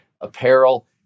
apparel